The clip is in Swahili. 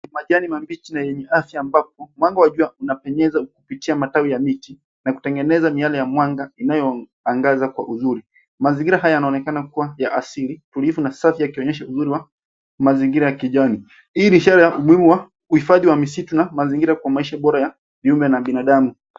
Majani mabichi na yenye afya ambapo mwanga wa jua unapenyeza ukipitia matawi ya miti na kutengeneza miale ya mwanga inayoangaza kwa uzuri. Mazingira haya yanaonekana kuwa ya asili, tulivu, na safi yakionyesha uzuri wa mazingira ya kijani. Hii ni ishara ya umuhimu wa uhifadhi wa misitu na mazingira kwa maisha bora ya viumbe na binadamu.